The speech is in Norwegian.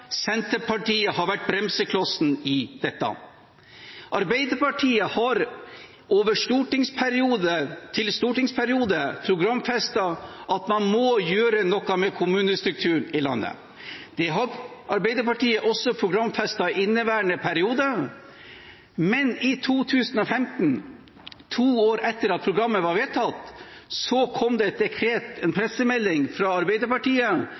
Senterpartiet har vært bremseklossen i dette. Arbeiderpartiet har fra stortingsperiode til stortingsperiode programfestet at man må gjøre noe med kommunestrukturen i landet. Det har Arbeiderpartiet også programfestet i inneværende periode, men i 2015, to år etter at programmet var vedtatt, var det et dekret, en pressemelding fra Arbeiderpartiet,